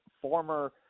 former